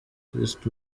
christ